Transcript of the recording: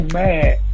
mad